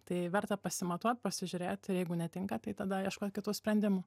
tai verta pasimatuot pasižiūrėt ir jeigu netinka tai tada ieškot kitų sprendimų